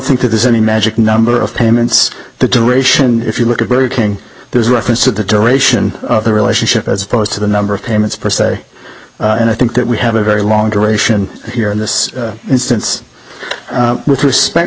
think that there's any magic number of payments the duration if you look at burger king there's reference to the duration of the relationship as opposed to the number of payments per se and i think that we have a very long duration here in this instance with respect